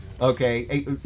Okay